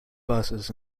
buses